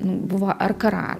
nu buvo ar kara